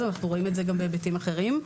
ואנחנו רואים את זה גם בהיבטים אחרים.